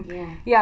ya